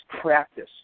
practice